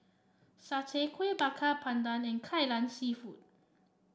satay Kuih Bakar Pandan and Kai Lan seafood